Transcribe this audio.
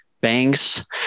banks